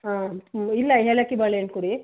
ಹಾಂ ಇಲ್ಲ ಏಲಕ್ಕಿ ಬಾಳೆಹಣ್ ಕೊಡಿ